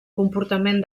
comportament